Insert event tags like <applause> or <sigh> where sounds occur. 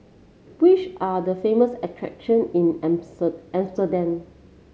which are the famous attractions in <unintelligible> Amsterdam